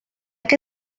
que